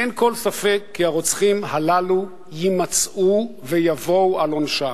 אין כל ספק כי הרוצחים הללו יימצאו ויבואו על עונשם.